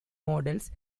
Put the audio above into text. models